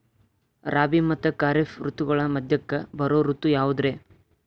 ರಾಬಿ ಮತ್ತ ಖಾರಿಫ್ ಋತುಗಳ ಮಧ್ಯಕ್ಕ ಬರೋ ಋತು ಯಾವುದ್ರೇ?